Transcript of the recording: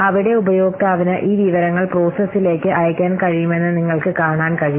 അവിടെ ഉപയോക്താവിന് ഈ വിവരങ്ങൾ പ്രോസസ്സിലേക്ക് അയയ്ക്കാൻ കഴിയുമെന്ന് നിങ്ങൾക്ക് കാണാൻ കഴിയും